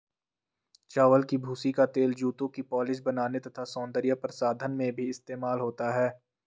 चावल की भूसी का तेल जूतों की पॉलिश बनाने तथा सौंदर्य प्रसाधन में भी इस्तेमाल होता है